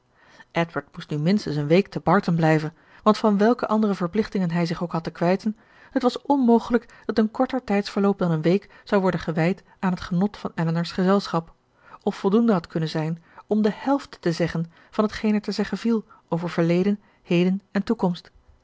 edward moest nu minstens een week te barton blijven want van welke andere verplichtingen hij zich ook had te kwijten het was onmogelijk dat een korter tijdsverloop dan eene week zou worden gewijd aan het genot van elinor's gezelschap of voldoende had kunnen zijn om de helft te zeggen van t geen er te zeggen viel over verleden heden en toekomst